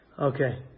Okay